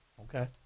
Okay